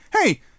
hey